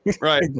right